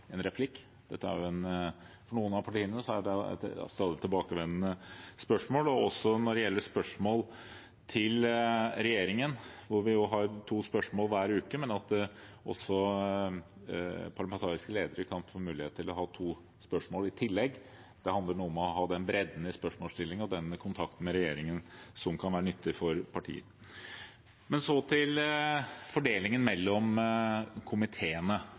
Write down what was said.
en replikk. For noen av partiene er jo dette et stadig tilbakevendende spørsmål. Det gjelder også spørsmål til regjeringen – vi har to spørsmål hver uke – og at parlamentariske ledere kan få muligheten til å få to spørsmål i tillegg. Det handler om å ha den bredden i spørsmålsstillinger og å ha denne kontakten med regjeringen som kan være nyttig for partiene. Så til fordelingen mellom komiteene.